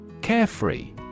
Carefree